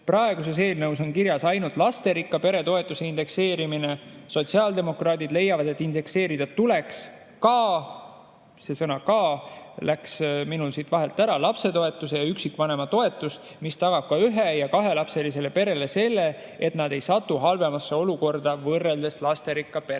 Praeguses eelnõus on kirjas ainult lasterikka pere toetuse indekseerimine. Sotsiaaldemokraadid leiavad, et indekseerida tuleks ka – see sõna "ka" kadus minul siit vahelt ära – lapsetoetus ja üksikvanema toetus, mis tagab ka ühe‑ ja kahelapselistele peredele selle, et nad ei satu halvemasse olukorda võrreldes lasterikaste